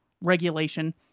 regulation